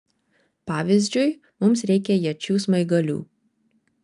pavyzdžiui mums reikia iečių smaigalių